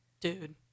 dude